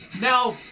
Now